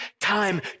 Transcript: time